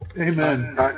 Amen